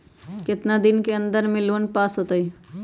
कितना दिन के अन्दर में लोन पास होत?